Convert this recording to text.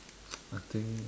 I think